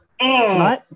tonight